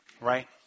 right